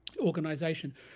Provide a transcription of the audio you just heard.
organization